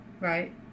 right